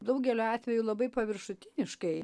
daugeliu atveju labai paviršutiniškai